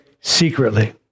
secretly